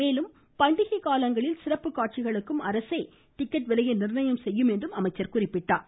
மேலும் பண்டிகை காலங்களில் சிறப்பு காட்சிகளுக்கும் அரசே டிக்கெட் விலையை நிர்யணம் செய்யும் என்றும் அவர் குறிப்பிட்டார்